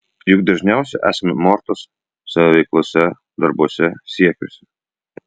juk dažniausiai esame mortos savo veiklose darbuose siekiuose